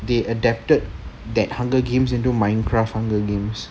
they adapted that hunger games into minecraft hunger games